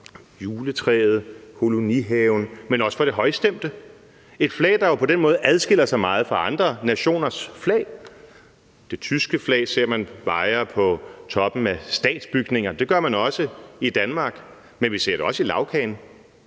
juletræet, i kolonihaven, men også har lært at kende fra det højstemte. Det er et flag, der på den måde adskiller sig meget fra andre nationers flag. Det tyske flag ser man vejre på toppen af statsbygninger. Det gør vi også i Danmark, men vi ser det også i lagkagen.